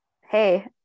Hey